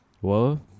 Whoa